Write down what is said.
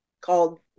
called